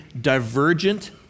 divergent